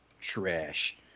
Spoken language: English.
trash